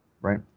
right